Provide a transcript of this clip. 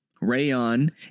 Rayon